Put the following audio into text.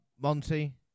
Monty